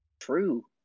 true